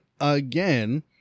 again